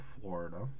Florida